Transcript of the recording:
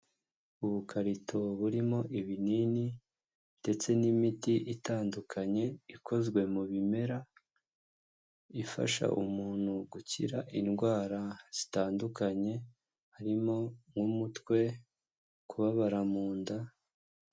Ubukarito burimo ibinini ndetse n'imiti itandukanye ikozwe mu bimera, ifasha umuntu gukira indwara zitandukanye harimo nk'umutwe, kubabara mu nda.